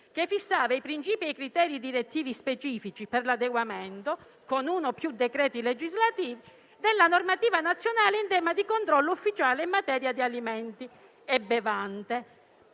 che fissava i principi e i criteri direttivi specifici per l'adeguamento con uno o più decreti legislativi della normativa nazionale in tema di controllo ufficiale in materia di alimenti e bevande.